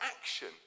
action